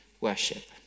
worship